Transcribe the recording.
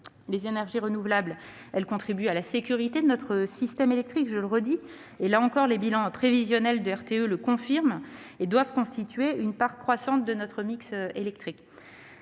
les énergies renouvelables contribuent à la sécurité de notre système électrique- les bilans prévisionnels de RTE le confirment -et elles doivent constituer une part croissante de notre mix électrique.